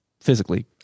physically